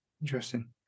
Interesting